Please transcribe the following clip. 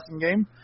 game